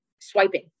swiping